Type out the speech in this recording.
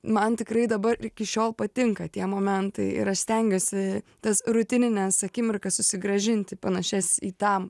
man tikrai dabar iki šiol patinka tie momentai ir aš stengiuosi tas rutinines akimirkas susigrąžinti panašias į tą